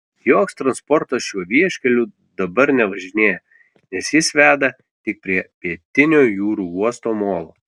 joks transportas šiuo vieškeliu dabar nevažinėja nes jis veda tik prie pietinio jūrų uosto molo